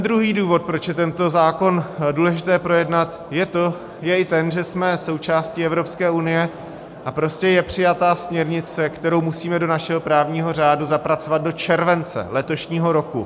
Druhý důvod, proč je tento zákon důležité projednat, je i ten, že jsme součástí Evropské unie a je přijata směrnice, kterou musíme do našeho právního řádu zapracovat do července letošního roku.